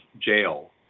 jail